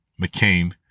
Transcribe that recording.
McCain